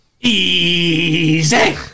Easy